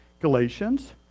Galatians